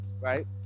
right